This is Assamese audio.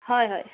হয় হয়